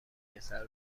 پسره